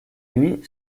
lui